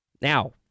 Now